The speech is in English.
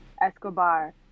Escobar